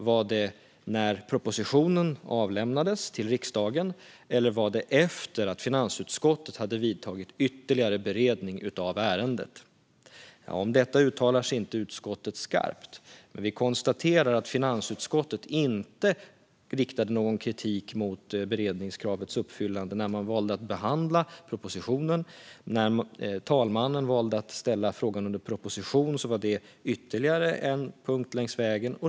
Var det när propositionen avlämnades till riksdagen, eller var det efter det att finansutskottet hade vidtagit ytterligare beredning av ärendet? Om detta uttalar sig inte utskottet skarpt. Men vi konstaterar att finansutskottet inte riktade någon kritik mot beredningskravets uppfyllande när man valde att behandla propositionen. När talmannen valde att ställa frågan under proposition var det ytterligare en punkt längs vägen.